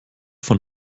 von